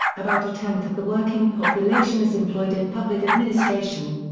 about a tenth of the working population is employed in public administration.